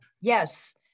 Yes